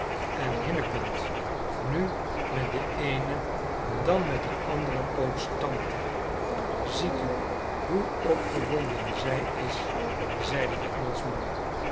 en hinnekend nu met den eenen dan met den anderen poot stampte ziet u hoe opgewonden zij is zeide de engelschman